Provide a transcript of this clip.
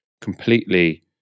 completely